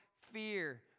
fear